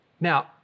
Now